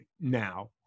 now